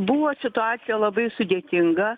buvo situacija labai sudėtinga